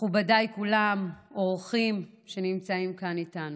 מכובדיי כולם, אורחים שנמצאים כאן איתנו,